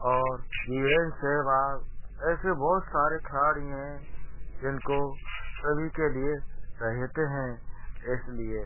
और वीरेंद्र सहवाग ऐसे बहुत सारे खिलाड़ी हैं जिनको सभी के लिए चहेते हैं इसलिए